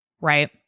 right